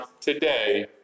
today